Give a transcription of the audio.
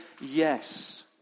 Yes